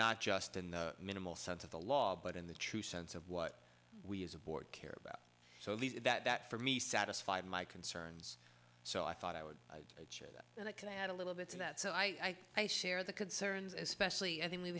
not just in the minimal sense of the law but in the true sense of what we as a board care about so that for me satisfy my concerns so i thought i would and i can add a little bit to that so i share the concerns especially and then we